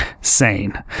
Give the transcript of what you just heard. sane